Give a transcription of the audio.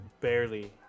Barely